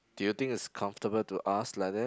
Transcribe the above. do you think is comfortable to ask like that